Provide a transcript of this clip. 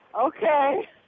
Okay